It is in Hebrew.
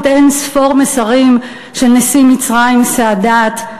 אין-ספור מסרים של נשיא מצרים סאדאת,